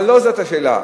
אבל לא זאת השאלה.